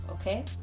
okay